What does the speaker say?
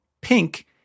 pink